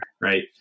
right